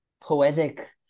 poetic